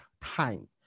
time